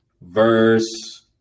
verse